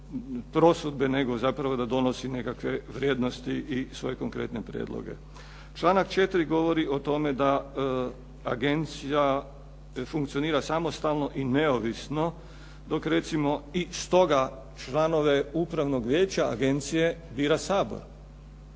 prosudbe nego zapravo da donosi nekakve vrijednosti i svoje konkretne prijedloge. Članak 4. govori o tome da agencija funkcionira samostalno i neovisno dok recimo i stoga članove upravnog vijeća agencije bira Sabor.